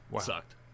Sucked